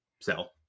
sell